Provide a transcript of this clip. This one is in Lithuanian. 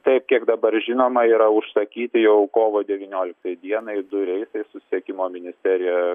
taip kiek dabar žinoma yra užsakyti jau kovo devynioliktai dienai du reisai susisiekimo ministerija